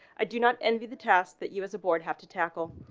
i do not envy the task that you, as a board have to tackle.